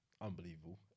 unbelievable